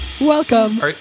Welcome